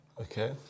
Okay